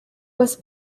was